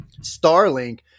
Starlink